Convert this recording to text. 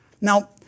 Now